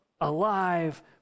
alive